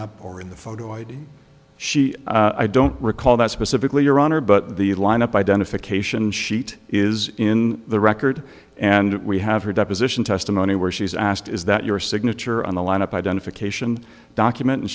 up or in the photo id she i don't recall that specifically your honor but the lineup identification sheet is in the record and we have her deposition testimony where she's asked is that your signature on the lineup identification document and